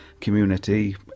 community